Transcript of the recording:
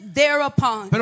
thereupon